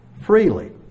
freely